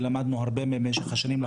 ולמדנו הרבה במשך השנים,